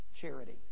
charity